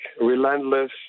relentless